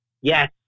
Yes